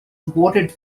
awarded